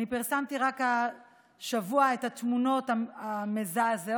אני פרסמתי רק השבוע את התמונות המזעזעות,